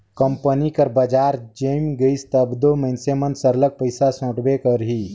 company कर बजार जइम गइस तब दो मइनसे सरलग पइसा सोंटबे करही